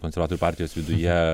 konservatorių partijos viduje